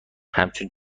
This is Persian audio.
همچون